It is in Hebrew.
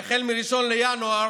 הגרמני, שאומר: